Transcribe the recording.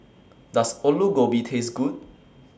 Does Aloo Gobi Taste Good